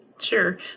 Sure